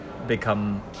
Become